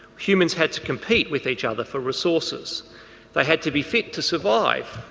humans had to compete with each other for resources they had to be fit to survive,